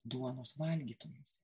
duonos valgytojuose